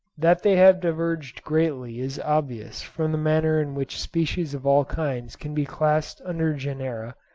that they have diverged greatly is obvious from the manner in which species of all kinds can be classed under genera,